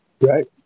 Right